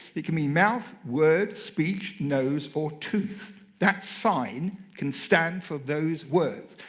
it can mean mouth, word, speech, nose, or tooth. that sign can stand for those words.